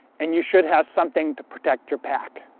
and you should have something to protect your pack.